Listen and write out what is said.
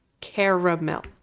caramel